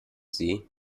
sie